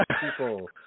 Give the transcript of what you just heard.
people